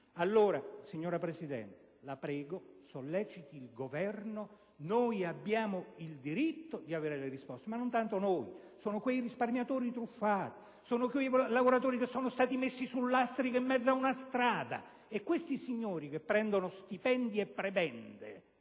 scandalosa. Signora Presidente, la prego di sollecitare il Governo. Abbiamo il diritto di ricevere risposte, e non tanto noi, ma quei risparmiatori truffati, quei lavoratori che sono stati messi sul lastrico, in mezzo a una strada. Questi signori, che prendono stipendi e prebende